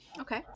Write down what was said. Okay